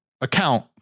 account